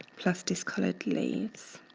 plus discolored leaves.